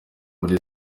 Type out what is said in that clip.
muri